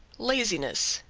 laziness,